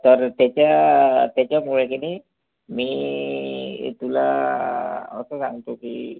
तर त्याच्या त्याच्यामुळे की नाही मी तुला असं सांगतो की